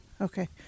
Okay